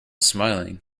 smiling